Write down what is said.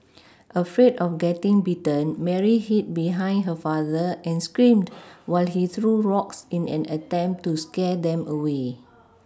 afraid of getting bitten Mary hid behind her father and screamed while he threw rocks in an attempt to scare them away